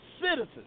citizens